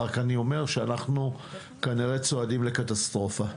אני רק אומר שאנחנו כנראה צועדים לקטסטרופה.